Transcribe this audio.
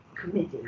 Committee